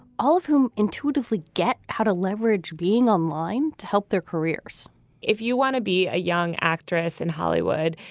all of whom intuitively get how to leverage being online to help their careers if you want to be a young actress in hollywood,